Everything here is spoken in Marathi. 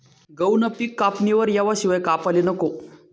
गहूनं पिक कापणीवर येवाशिवाय कापाले नको